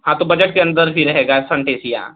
हाँ तो बजट के अंदर ही रहेगा सनटेसिया